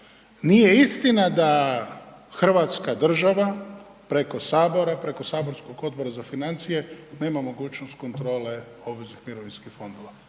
nije istina da hrvatska država preko Sabora, preko saborskog Odbora za financije nema mogućnost kontrole obveznih mirovinskih fondova.